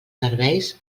serveis